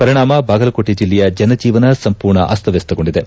ಪರಿಣಾಮ ಬಾಗಲಕೋಟೆ ಜಿಲ್ಲೆಯ ಜನಜೀವನ ಸಂಪೂರ್ಣ ಅಸ್ತಮಸ್ತಗೊಂಡಿದೆ